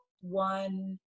one